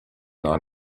not